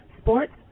Sports